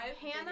Hannah